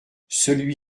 celui